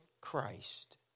Christ